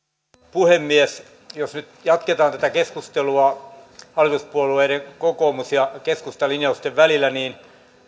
puhemies jos nyt jatketaan tätä keskustelua hallituspuolueiden kokoomus ja keskusta linjausten välillä niin kun